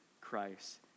Christ